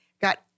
Got